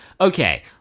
okay